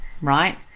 right